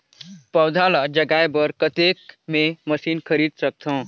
पौधा ल जगाय बर कतेक मे मशीन खरीद सकथव?